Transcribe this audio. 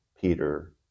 Peter